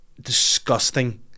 Disgusting